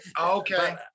okay